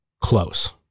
close